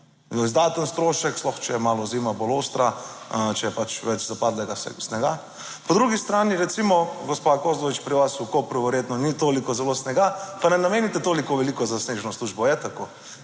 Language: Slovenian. znaten strošek, sploh, če je malo zima bolj ostra, če je pač več zapadlega snega. Po drugi strani recimo, gospa Kozlovič, pri vas v Kopru verjetno ni toliko snega, pa ne namenite toliko veliko za snežno službo, je tako?